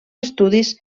estudis